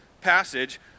passage